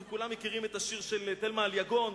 אנחנו כולם מכירים את השיר של תלמה אליגון: